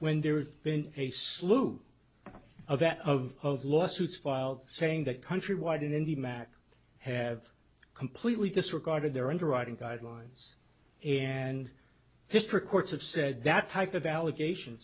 when there have been a slew of that of lawsuits filed saying that countrywide in indy mac have completely disregarded their underwriting guidelines and history courts have said that type of allegation